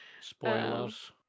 Spoilers